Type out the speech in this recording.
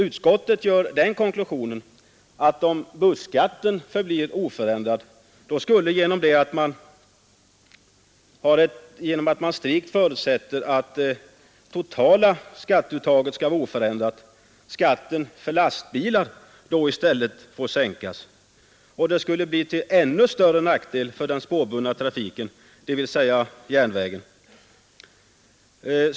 Utskottet gör den konklusionen att om busskatten förblir oförändrad skulle — om man strikt förutsätter att det totala skatteuttaget skall vara oförändrat — i stället skatten för lastbilar få sänkas, och det skulle bli till ännu större nackdel för den spårbundna trafiken, dvs. järnvägen.